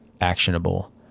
actionable